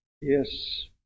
Yes